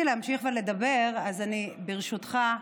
רציתי להמשיך לדבר, אז, ברשותך,